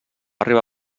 arribar